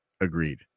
Agreed